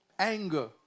Anger